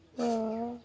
ଓ